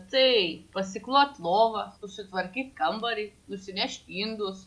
tai pasiklot lovą susitvarkyt kambarį nusinešt indus